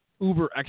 Uber